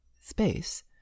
space